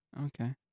Okay